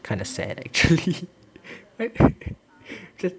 kinda sad actually